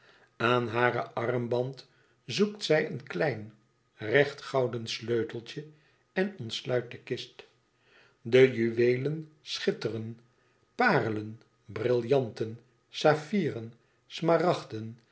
aan haren armband zoekt zij een klein recht gouden sleuteltje en ontsluit de kist de juweelen schitteren parelen brillanten saffieren